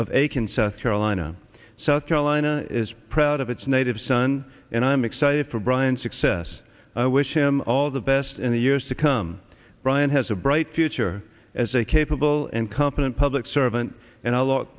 of aiken south carolina south carolina is proud of its native son and i'm excited for brian success i wish him all the best in the years to come bryan has a bright future as a capable and competent public servant and a lot look